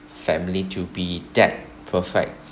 family to be that perfect